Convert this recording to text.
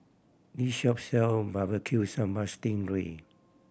this shop sell Barbecue Sambal sting ray